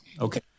Okay